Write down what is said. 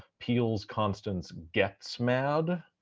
peele's constance gets mad.